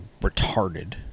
retarded